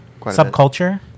Subculture